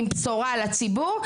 עם בשורה לציבור,